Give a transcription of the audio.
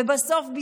ובסוף,